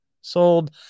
sold